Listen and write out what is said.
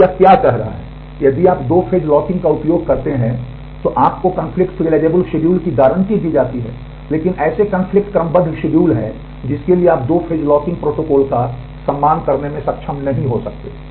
तो यह क्या कह रहा है यदि आप दो फेज लॉकिंग का उपयोग करते हैं तो आपको कन्फ्लिक्ट सिरिअलाइज़ेबल शेड्यूल की गारंटी दी जाती है लेकिन ऐसे कन्फ्लिक्ट क्रमबद्ध शेड्यूल हैं जिनके लिए आप दो फेज लॉकिंग प्रोटोकॉल का सम्मान करने में सक्षम नहीं हो सकते हैं